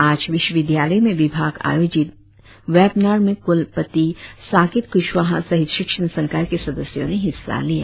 आज विश्वविद्यालय में विभाग आयोजित वेबनार में क्ल पति साकेत क्शवाहा सहित शिक्षण संकाय के सदस्यों ने हिस्सा लिया